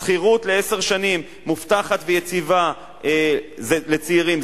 שכירות לעשר שנים מובטחת ויציבה לצעירים,